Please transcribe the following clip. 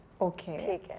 Okay